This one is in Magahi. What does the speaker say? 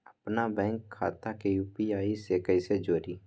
अपना बैंक खाता के यू.पी.आई से कईसे जोड़ी?